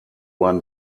won